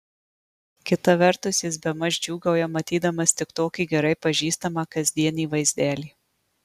kita vertus jis bemaž džiūgauja matydamas tik tokį gerai pažįstamą kasdienį vaizdelį